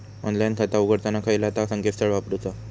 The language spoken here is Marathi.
ऑनलाइन खाता उघडताना खयला ता संकेतस्थळ वापरूचा?